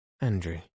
Andrew